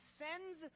sends